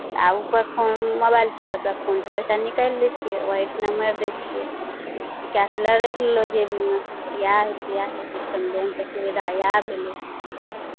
आ ओ पे फोन मोबाइल छै तऽ पे फोनसँ पैसा निकालि लै छियै ओहीठिना मारि दै छियै कैश लए राखि लेलहुँ जेबीमे इएह होइ छै इएह सभ सिस्टम बैंकके सुविधा इएह भेलै